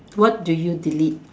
what do you delete